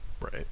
Right